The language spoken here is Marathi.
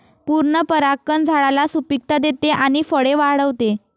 पूर्ण परागकण झाडाला सुपिकता देते आणि फळे वाढवते